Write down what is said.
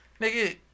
Nigga